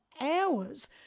hours